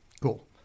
Cool